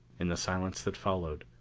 in the silence that followed,